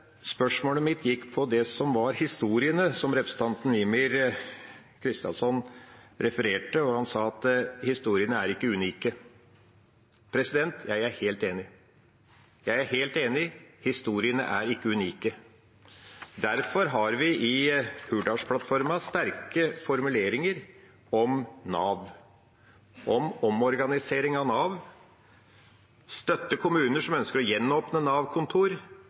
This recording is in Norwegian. Spørsmålet mitt handler om historiene som representanten Mímir Kristjánsson refererte til. Han sa at historiene ikke er unike. Jeg er helt enig: Historiene er ikke unike. Derfor har vi i Hurdalsplattformen sterke formuleringer om Nav, om omorganisering av Nav, og at regjeringen vil støtte at kommuner som ønsker å gjenåpne